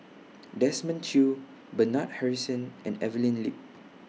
Desmond Choo Bernard Harrison and Evelyn Lip